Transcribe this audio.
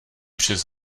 přes